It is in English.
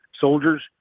soldiers